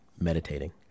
meditating